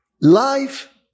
life